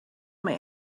may